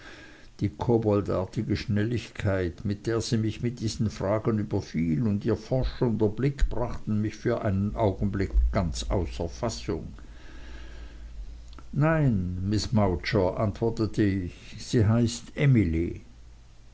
die koboldartige schnelligkeit mit der sie mich mit diesen fragen überfiel und ihr forschender blick brachten mich für einen augenblick ganz außer fassung nein miß mowcher antwortete ich sie heißt